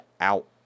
out